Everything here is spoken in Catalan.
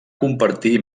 compartir